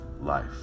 life